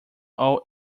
all